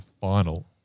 final